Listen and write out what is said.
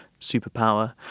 superpower